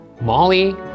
Molly